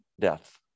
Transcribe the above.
death